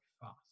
fast